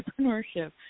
entrepreneurship